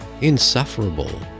insufferable